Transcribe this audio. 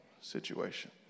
situation